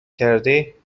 کردی